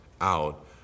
out